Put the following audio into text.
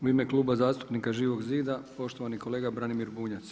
U ime Kluba zastupnika Živog zida poštovani kolega Branimir Bunjac.